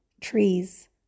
trees